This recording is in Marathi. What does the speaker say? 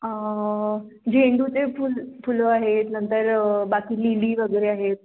झेंडूचे फूल फुलं आहेत नंतर बाकी लिली वगैरे आहेत